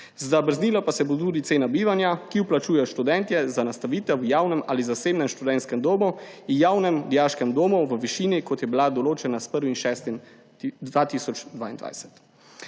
Zamrznila pa se bo tudi cena bivanja, ki jo plačujejo študentje za nastanitev v javnem ali zasebnem študentskem domu, v javnem dijaškem domu v višini, kot je bila določena s 1. 6. 2022.